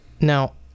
Now